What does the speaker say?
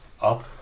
up